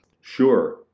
Sure